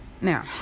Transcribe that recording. now